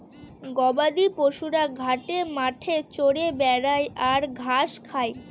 গবাদি পশুরা ঘাটে মাঠে চরে বেড়ায় আর ঘাস খায়